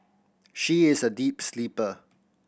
she is a deep sleeper